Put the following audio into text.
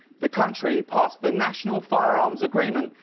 the country passed the national firearms agreement,